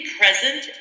present